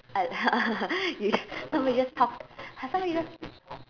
I you so we just t~ so we just